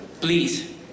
please